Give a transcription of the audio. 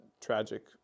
tragic